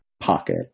pocket